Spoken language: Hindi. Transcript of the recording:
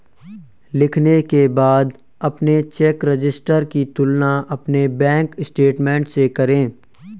लिखने के बाद अपने चेक रजिस्टर की तुलना अपने बैंक स्टेटमेंट से करें